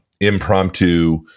impromptu